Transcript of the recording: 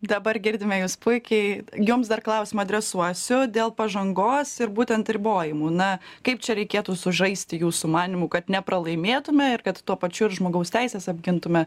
dabar girdime juos puikiai jums dar klausimą dresuosiu dėl pažangos ir būtent ribojimų na kaip čia reikėtų sužaisti jūsų manymu kad nepralaimėtume ir kad tuo pačiu ir žmogaus teises apgintume